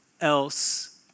else